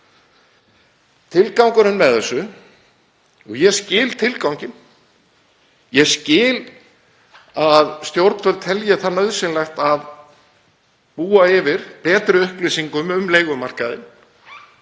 Tilgangurinn með þessu — og ég skil tilganginn, ég skil að stjórnvöld telji nauðsynlegt að búa yfir betri upplýsingum um leigumarkaðinn.